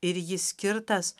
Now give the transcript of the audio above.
ir jis skirtas